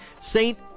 Saint